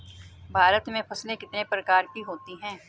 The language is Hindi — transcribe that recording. भारत में फसलें कितने प्रकार की होती हैं?